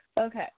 Okay